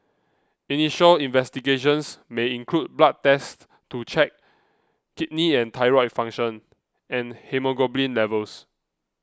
initial investigations may include blood tests to check kidney and thyroid function and haemoglobin levels